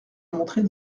montrer